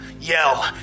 yell